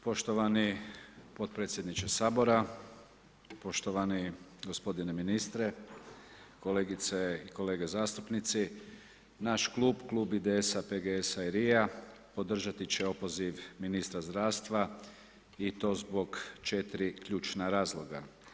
Poštovani potpredsjedniče Sabora, poštovani gospodine ministre, kolegice i kolege zastupnici, naš klub, klub IDS-a, PGS-a i LRI-a podržati će opoziv ministra zdravstva i to zbog četiri ključna razloga.